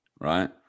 right